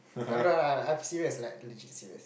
I'm serious like legit serious